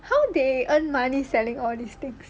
how they earn money selling all these things